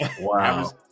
Wow